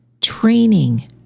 training